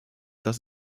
dass